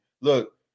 Look